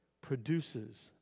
Produces